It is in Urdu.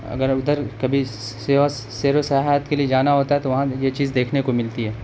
اگر ادھر کبھی سیر و سیاحت کے لیے جانا ہوتا ہے تو وہاں یہ چیز دیکھنے کو ملتی ہے